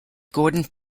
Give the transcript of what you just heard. gordon